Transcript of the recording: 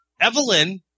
Evelyn